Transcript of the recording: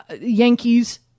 Yankees